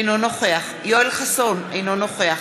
אינו נוכח יואל חסון, אינו נוכח